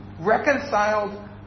reconciled